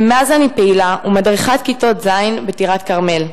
ומאז אני פעילה ומדריכה כיתות ז' בטירת-כרמל.